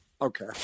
Okay